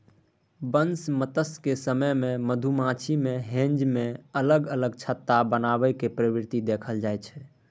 बसंमतसक समय मे मधुमाछी मे हेंज मे अलग अलग छत्ता बनेबाक प्रवृति देखल जाइ छै